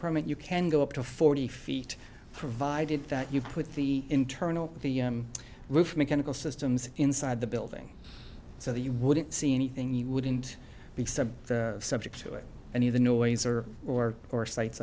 permit you can go up to forty feet provided that you put the internal the roof mechanical systems inside the building so that you wouldn't see anything you wouldn't be so subject to it and hear the noise or or or si